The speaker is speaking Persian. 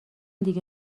دیگه